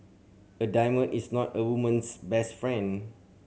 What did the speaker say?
a diamond is not a woman's best friend